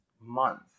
month